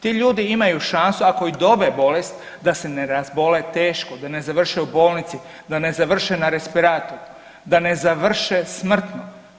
Ti ljudi imaju šansu, ako i dobe bolest, da se ne razbole teško, da ne završe u bolnici, da ne završe na respiratoru, da ne završe smrtno.